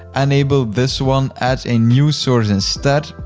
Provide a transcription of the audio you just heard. enable this one. add a new source instead.